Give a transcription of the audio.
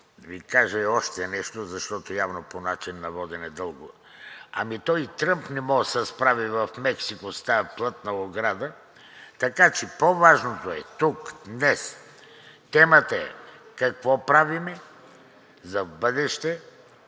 ще Ви кажа и още нещо, защото явно по начина на водене е дълго. Той и Тръмп не може да се справи в Мексико с тази плътна ограда, така че по-важното е тук днес, темата е: „Какво правим в бъдеще,